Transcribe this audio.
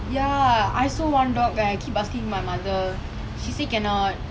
ya I also want dog eh I keep asking my mother she say cannot